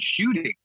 shooting